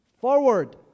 forward